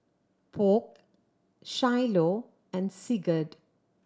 Polk Shiloh and Sigurd